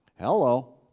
Hello